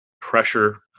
pressure